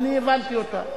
ואני הבנתי אותה.